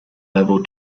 level